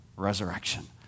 resurrection